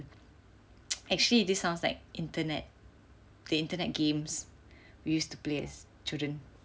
actually this sounds like internet the internet games we used to play as children